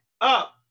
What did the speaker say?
up